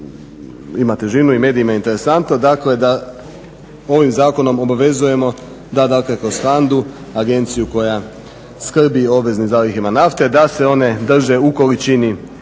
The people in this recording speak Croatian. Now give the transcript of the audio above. ima težinu i medijima je interesantno, dakle da ovim zakonom obvezujemo da kroz HANDA-u, agenciju koja skrbi o obveznim zalihama nafte, da se one drže u količini